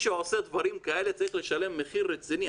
שעושה דברים כאלה צריך לשלם מחיר רציני.